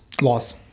Loss